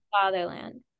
Fatherland